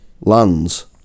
Lands